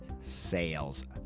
sales